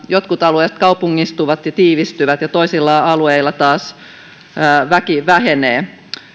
jotkut alueet kaupungistuvat ja tiivistyvät ja toisilla alueilla taas väki vähenee